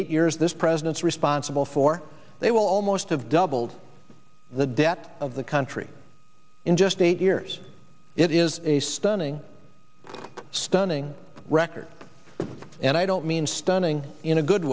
years this president's responsible for they will almost have doubled the debt of the country in just eight years it is a stunning stunning record and i don't mean stunning in a good